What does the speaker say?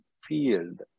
field